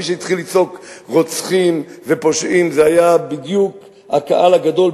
מי שהתחיל לצעוק "רוצחים" ו"פושעים" זה היה בדיוק הקהל הגדול,